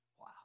Wow